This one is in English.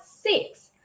six